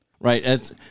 Right